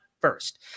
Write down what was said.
First